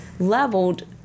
Leveled